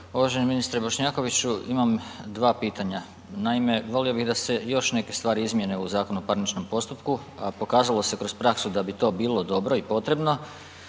ministre Bošnjakoviću, imam 2 pitanja, naime, volio bi da se još neke stvari izmjene u Zakonu o parničkom postupku. Pokazalo se kroz praksu da bi to bilo dobro i potrebno.